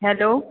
hello